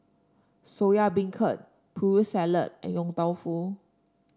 Soya Beancurd Putri Salad and Yong Tau Foo